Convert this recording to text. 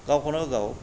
गावखौनो गाव